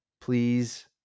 please